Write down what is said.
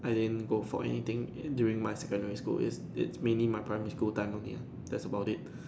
I didn't go for anything in during my secondary school it's it mainly my primary school time only lah that's about it